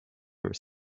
were